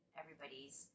everybody's